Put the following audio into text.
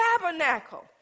tabernacle